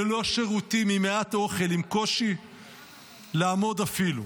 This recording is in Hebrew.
ללא שירותים, עם מעט אוכל, עם קושי לעמוד אפילו.